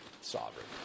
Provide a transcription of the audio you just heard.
Sovereign